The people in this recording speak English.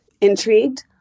Intrigued